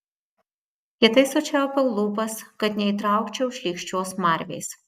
kietai sučiaupiau lūpas kad neįtraukčiau šlykščios smarvės